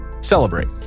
celebrate